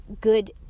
good